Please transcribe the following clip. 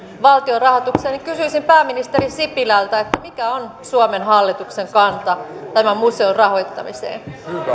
valtionrahoitukseen kysyisin pääministeri sipilältä mikä on suomen hallituksen kanta tämän museon rahoittamiseen